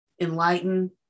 enlighten